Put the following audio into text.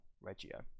Regio